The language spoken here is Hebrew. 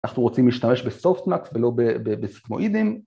אנחנו רוצים להשתמש בסופטמאקס ולא בסקמואידים